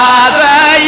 Father